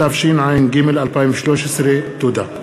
התשע"ג 2013. תודה.